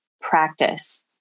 practice